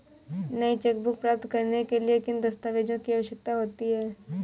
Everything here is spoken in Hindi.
नई चेकबुक प्राप्त करने के लिए किन दस्तावेज़ों की आवश्यकता होती है?